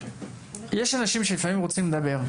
יש אנשים שלפעמים רוצים לדבר,